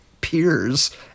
peers